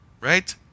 Right